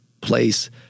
place